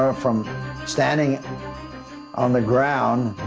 ah from standing on the ground,